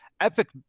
epic